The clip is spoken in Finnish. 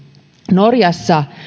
norjassa